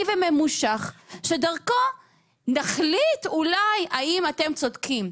וממושך שדרכו נחליט אולי האם אתם צודקים,